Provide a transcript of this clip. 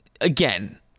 again